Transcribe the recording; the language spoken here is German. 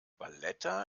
valletta